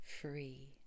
free